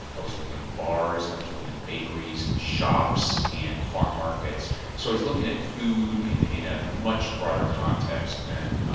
i was looking at bars. i was looking at bakeries, and shops and farm markets. so i was looking at food in in a much broader context than